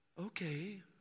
Okay